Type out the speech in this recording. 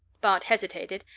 bart hesitated,